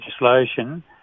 legislation